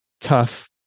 tough